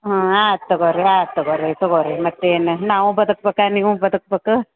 ಹಾಂ ಆತು ತಗೋ ರೀ ಆತು ತಗೋ ರೀ ತಗೋ ರೀ ಮತ್ತು ಏನು ನಾವೂ ಬದಕಬೇಕು ನೀವೂ ಬದಕಬೇಕು